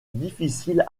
difficile